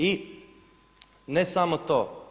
I ne samo to.